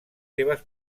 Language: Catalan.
seves